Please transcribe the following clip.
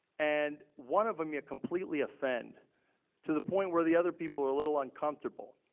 and one of them you completely offend to the point where the other people are a little uncomfortable.